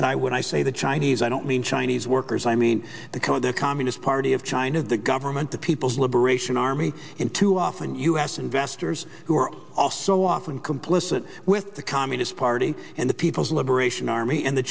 when i say the chinese i don't mean chinese workers i mean the kind of the communist party of china the government the people's liberation army in too often u s investors who are also often complicit with the communist party and the people's liberation army and the